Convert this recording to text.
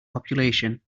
population